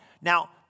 Now